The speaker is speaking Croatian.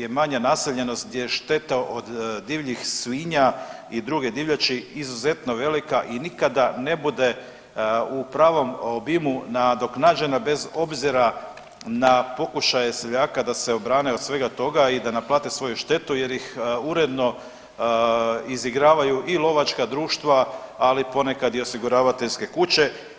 je manja naseljenost, gdje je šteta od divljih svinja i druge divljači izuzetno velika i nikada ne bude u pravom obimu nadoknađena bez obzira na pokušaje seljaka da se obrane od svega toga i da naplate svoju štetu jer ih uredno izigravaju i lovačka društva ali ponekad i osiguravateljske kuće.